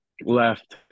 left